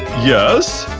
yes.